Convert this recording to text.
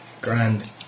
grand